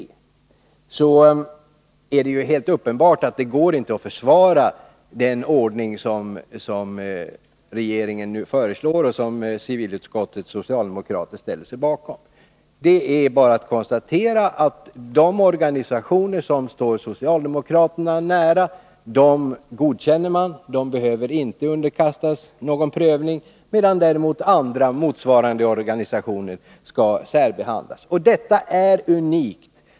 Det är helt uppenbart att det inte går att försvara den ordning som regeringen nu föreslår och som civilutskottets socialdemokrater ställer sig bakom. Det är bara att konstatera att de organisationer som står socialdemokraterna nära godkänner man. De behöver inte underkastas någon prövning, medan däremot andra, motsvarande organisationer, skall särbehandlas. Detta är unikt.